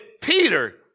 Peter